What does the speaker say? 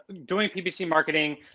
doing ppc marketing,